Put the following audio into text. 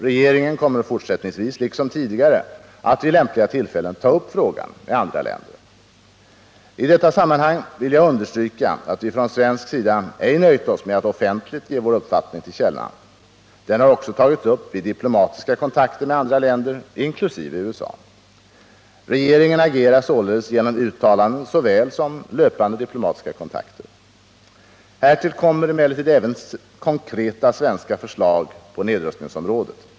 — Regeringen kommer fortsättningsvis liksom tidigare att vid lämpliga tillfällen ta upp frågan med andra länder. I detta sammanhang vill jag understryka att vi från svensk sida ej nöjt oss med att offentligt ge vår uppfattning till känna. Den har också tagits upp direkt vid diplomatiska kontakter med andra länder, inkl. USA. Regeringen agerar således genom uttalanden såväl som löpande diplomatiska kontakter. Härtill kommer emellertid även konkreta svenska förslag på nedrustningsområdet.